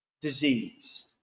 disease